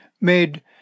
made